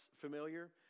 familiar